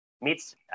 meets